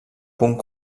punt